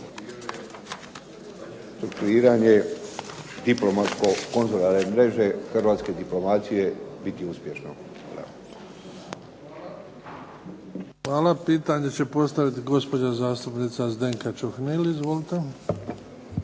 Hvala. Pitanje će postaviti gospođa zastupnica Zdenka Čuhnil. Izvolite.